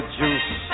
juice